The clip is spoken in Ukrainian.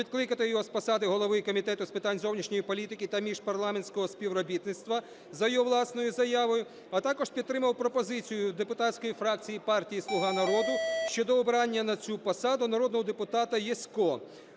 відкликати його з посади голови Комітету з питань зовнішньої політики та міжпарламентського співробітництва за його власною заявою, а також підтримав пропозицію депутатської фракції партії "Слуга народу" щодо обрання на цю посаду народного депутата Ясько.